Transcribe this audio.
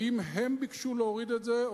האם הם ביקשו להוריד את זה,